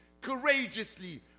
courageously